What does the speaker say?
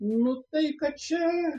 nu tai kad čia